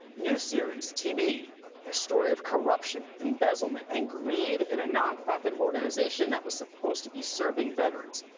new series tv a story of corruption, embezzlement and greed in a nonprofit organization that was supposed to be serving veterans.